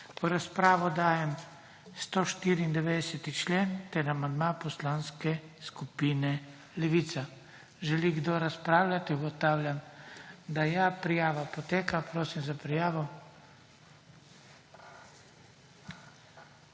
V razpravo dajem 194. člen ter amandma Poslanske skupine Levica. Želi kdo razpravljati? Ugotavljam, da želi. Prijava poteka. Prosim za prijavo.